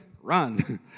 Run